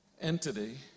entity